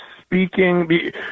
speaking –